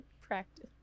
Practice